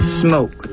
smoke